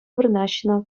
вырнаҫнӑ